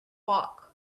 walk